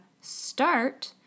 Start